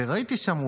וראיתי שם,